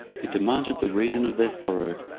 who demanded the reason of their sorrow.